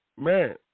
Man